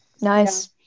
Nice